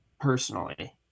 personally